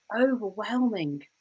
overwhelming